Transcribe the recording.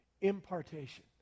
impartation